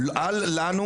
אבל אל לנו